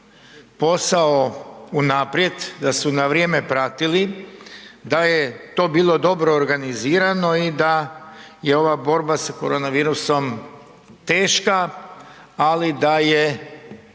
posao unaprijed, da su na vrijeme pratili, da je to bilo dobro organizirano i da je ova borba s korona virusom teška, ali da je